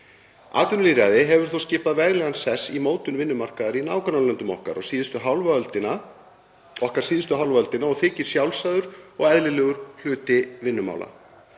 Atvinnulýðræði hefur þó skipað veglegan sess í mótun vinnumarkaðar í nágrannalöndum okkar síðustu hálfa öldina og þykir sjálfsagður og eðlilegur hluti vinnumála.